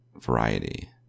variety